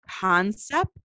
concept